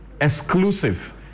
exclusive